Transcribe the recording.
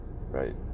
Right